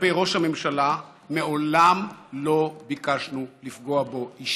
כלפי ראש הממשלה, מעולם לא ביקשנו לפגוע בו אישית.